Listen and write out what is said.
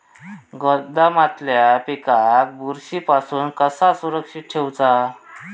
गोदामातल्या पिकाक बुरशी पासून कसा सुरक्षित ठेऊचा?